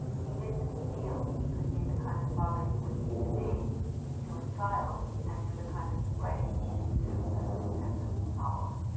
he didn't feel he could be the kind of father he would need to be to a child and do the kind of writing he needed to do as ah as a novelist.